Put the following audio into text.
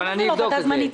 למה זו לא ועדה זמנית?